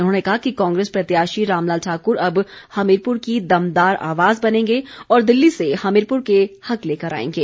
उन्होंने कहा कि कांग्रेस प्रत्याशी रामलाल ठाकुर अब हमीरपुर की दमदार आवाज़ बनेंगे और दिल्ली से हमीरपुर के हक लेकर आएंगे